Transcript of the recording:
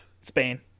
Spain